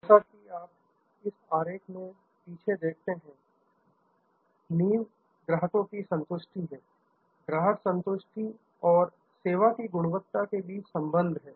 जैसा कि आप इस आरेख में पीछे देखते हैं नींव ग्राहकों की संतुष्टि है ग्राहक संतुष्टि और सेवा की गुणवत्ता के बीच संबंध है